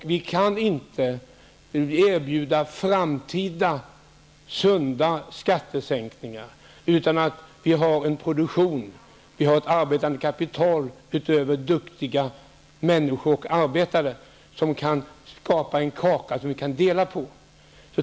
Vi kan inte erbjuda framtida sunda skattesänkningar om vi inte har en produktion och ett arbetande kapital, utöver duktiga människor och arbetare, som kan skapa en kaka som vi kan dela på.